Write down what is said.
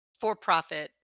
for-profit